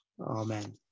amen